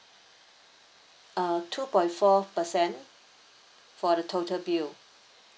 uh two point four percent for the total bill